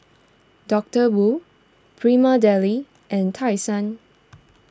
Doctor Wu Prima Deli and Tai Sun